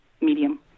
medium